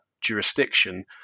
jurisdiction